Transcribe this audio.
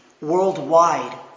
worldwide